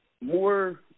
more